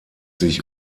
sich